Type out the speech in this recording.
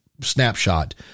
snapshot